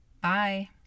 Bye